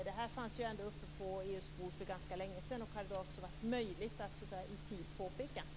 Det här fanns ju ändå uppe på EU:s bord för ganska länge sedan, och det hade också varit möjligt att i tid påpeka det.